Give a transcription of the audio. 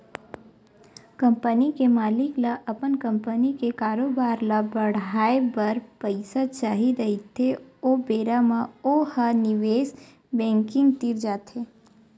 company के मालिक ल अपन कंपनी के कारोबार ल बड़हाए बर पइसा चाही रहिथे ओ बेरा म ओ ह निवेस बेंकिग तीर जाथे